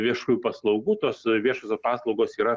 viešųjų paslaugų tos viešosios paslaugos yra